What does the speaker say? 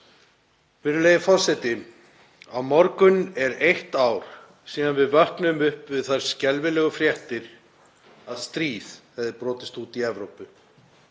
Virðulegi forseti. Á morgun er eitt ár síðan við vöknuðum upp við þær skelfilegu fréttir að stríð hefði brotist út í Evrópu,